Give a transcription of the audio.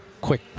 quick